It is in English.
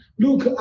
look